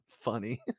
funny